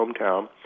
hometown